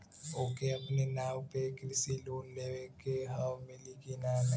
ओके अपने नाव पे कृषि लोन लेवे के हव मिली की ना ही?